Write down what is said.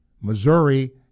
Missouri